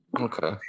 Okay